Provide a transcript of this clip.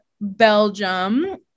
Belgium